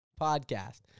podcast